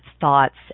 thoughts